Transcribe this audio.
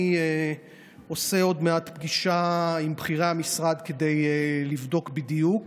אני עושה עוד מעט פגישה עם בכירי המשרד כדי לבדוק בדיוק